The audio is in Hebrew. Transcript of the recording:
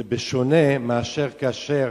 זה שונה מכאשר